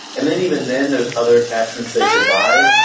and then even then there's other attachments they should buy.